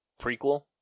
Prequel